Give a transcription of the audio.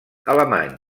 alemany